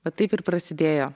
vat taip ir prasidėjo